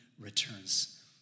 returns